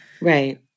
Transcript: Right